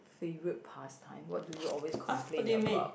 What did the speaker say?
favourite pastime what do you always complain about